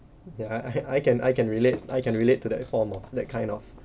ya I I can I can relate I can relate to that form of that kind of